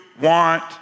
want